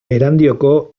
erandioko